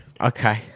Okay